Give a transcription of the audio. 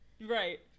Right